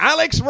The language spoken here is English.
Alex